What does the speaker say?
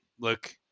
look